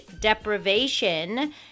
deprivation